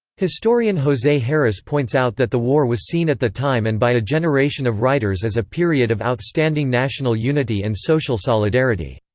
historian jose harris points out that the war was seen at the time and by a generation of writers as a period of outstanding national unity and social solidarity.